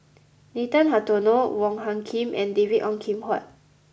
Nathan Hartono Wong Hung Khim and David Ong Kim Huat